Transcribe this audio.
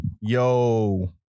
Yo